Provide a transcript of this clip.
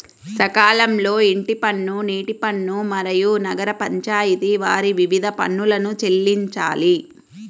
సకాలంలో ఇంటి పన్ను, నీటి పన్ను, మరియు నగర పంచాయితి వారి వివిధ పన్నులను చెల్లించాలి